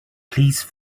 please